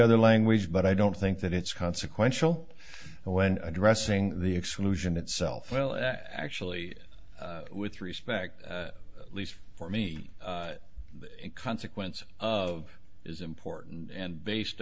other language but i don't think that it's consequential when addressing the exclusion itself well actually with respect least for me in consequence of is important and based